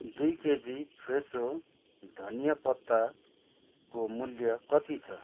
दुई केजी फ्रेसो धनिया पत्ताको मूल्य कति छ